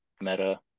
meta